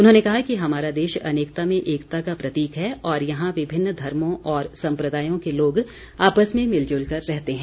उन्होंने कहा कि हमारा देश अनेकता में एकता का प्रतीक है और यहां विभिन्न धर्मों और संप्रदायों के लोग आपस में मिलजुल कर रहते हैं